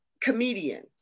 comedian